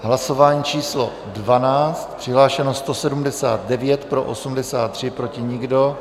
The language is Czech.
Hlasování číslo 12, přihlášeno je 179, pro 83, proti nikdo.